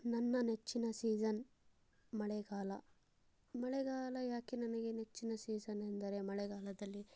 ನನ್ನ ನೆಚ್ಚಿನ ಸೀಸನ್ ಮಳೆಗಾಲ ಮಳೆಗಾಲ ಏಕೆ ನನಗೆ ನೆಚ್ಚಿನ ಸೀಸನ್ ಎಂದರೆ ಮಳೆಗಾಲದಲ್ಲಿ